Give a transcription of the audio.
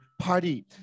party